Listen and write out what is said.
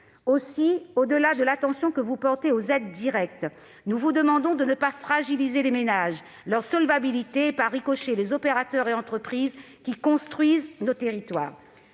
Aussi, au-delà de l'attention que vous portez aux aides directes, monsieur le ministre, nous vous demandons de ne pas fragiliser les ménages, leur solvabilité et, par ricochet, les opérateurs et entreprises qui construisent nos territoires.